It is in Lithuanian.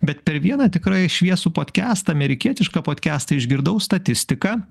bet per vieną tikrai šviesų podkastą amerikietišką podkastą išgirdau statistiką